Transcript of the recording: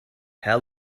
how